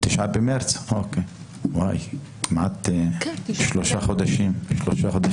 אוקי, לפני כמעט שלושה חודשים.